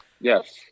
Yes